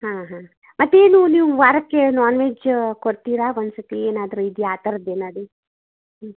ಹಾಂ ಹಾಂ ಮತ್ತೇನು ನೀವು ವಾರಕ್ಕೆ ನಾನ್ ವೆಜ್ ಕೊಡ್ತೀರಾ ಒಂದ್ಸತಿ ಏನಾದರೂ ಇದೆಯಾ ಆ ಥರದ್ ಏನದು ಹ್ಞೂ